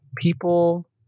people